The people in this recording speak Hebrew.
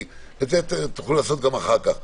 כי את זה תוכלו לעשות גם אחר כך,